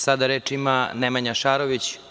Sada reč ima Nemanja Šarović.